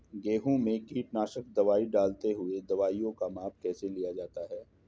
गेहूँ में कीटनाशक दवाई डालते हुऐ दवाईयों का माप कैसे लिया जाता है?